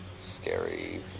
Scary